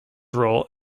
role